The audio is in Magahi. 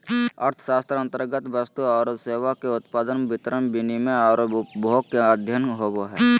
अर्थशास्त्र अन्तर्गत वस्तु औरो सेवा के उत्पादन, वितरण, विनिमय औरो उपभोग के अध्ययन होवो हइ